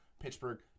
Pittsburgh